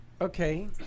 Okay